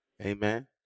Amen